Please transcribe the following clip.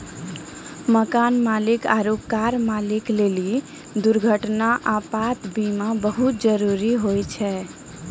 मकान मालिक आरु कार मालिक लेली दुर्घटना, आपात बीमा बहुते जरुरी होय छै